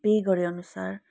pay गरे अनुसार